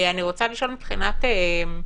אני רוצה לשאול: מבחינת אירועים,